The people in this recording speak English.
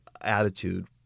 attitude